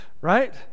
right